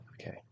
Okay